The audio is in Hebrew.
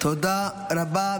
תודה רבה.